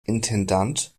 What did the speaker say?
intendant